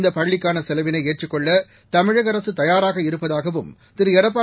இந்த பள்ளிக்கான செலவினை ஏற்றுக் கொள்ள தமிழக அரசு தயாராக இருப்பதாகவும் திரு எடப்பாடி